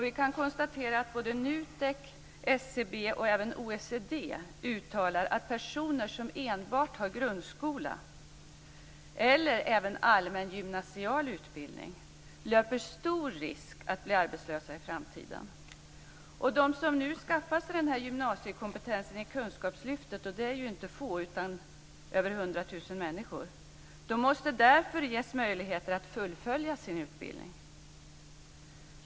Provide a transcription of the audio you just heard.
Vi kan konstatera att NUTEK, SCB och även OECD uttalar att personer som enbart har grundskola, men även de som har allmän gymnasial utbildning, löper stor risk att bli arbetslösa i framtiden. De som nu skaffar sig gymnasiekompetens i kunskapslyftet - det är över 100 000 människor - måste därför ges möjlighet att fullfölja sin utbildning.